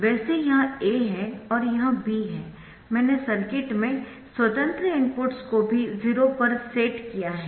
वैसे यह A है और यह B है मैंने सर्किट में स्वतंत्र इनपुट्स को भी 0 पर सेट किया है